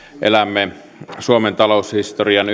elämme yhtä suomen taloushistorian